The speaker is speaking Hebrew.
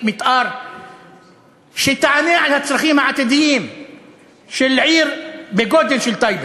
מתאר שתענה על הצרכים העתידיים של עיר בגודל של טייבה.